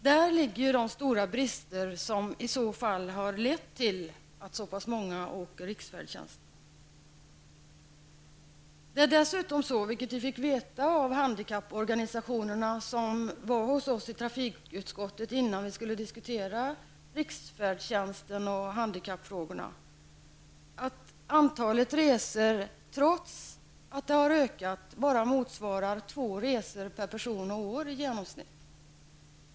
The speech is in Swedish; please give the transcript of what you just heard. Där finns de stora brister som i så fall har lett till att så pass många använder riksfärdtjänsten. Enligt de handikapporganisationer som besökte oss i trafikutskottet innan vi behandlade riksfärdtjänsten och handikappfrågorna motsvarar antalet resor, trots att det har ökat, i genomsnitt bara två resor per person och år.